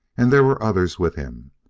and there were others with him.